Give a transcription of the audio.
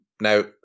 Now